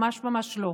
ממש ממש לא.